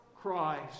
Christ